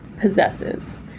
possesses